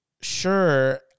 sure